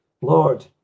Lord